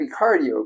cardio